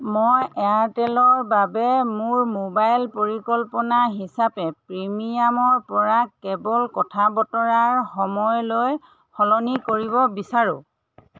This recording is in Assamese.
মই এয়াৰটেলৰ বাবে মোৰ মোবাইল পৰিকল্পনা হিচাপে প্ৰিমিয়ামৰ পৰা কেৱল কথা বতৰাৰ সময়লৈ সলনি কৰিব বিচাৰো